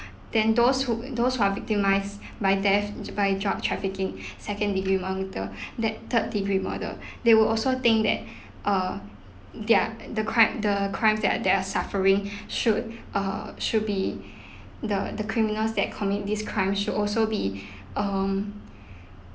then those who uh those who are victimised by death um by drug trafficking second-degree murder that third-degree murder they would also think that uh they're the crime the crimes they're they're suffering should uh should be the the criminals that commit this crime should also be um